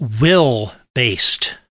will-based